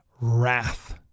wrath